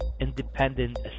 independent